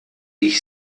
ich